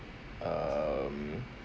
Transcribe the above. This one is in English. um